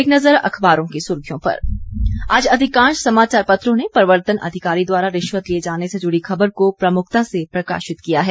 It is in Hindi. एक नज़र अखबारों की सुर्खियों पर आज अधिकांश समाचार पत्रों ने प्रवर्तन अधिकारी द्वारा रिश्वत लिए जाने से जुड़ी खबर को प्रमुखता से प्रकाशित किया है